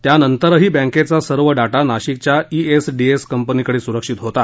त्यानंतरही बँकेचा सर्व डाटा नाशिकच्या ईएसडीएस कंपनीकडे सुरक्षित होता